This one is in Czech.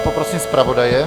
Poprosím zpravodaje.